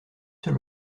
seul